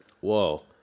Whoa